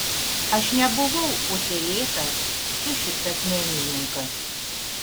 aš nebuvau utėlėtas sušiktas menininkas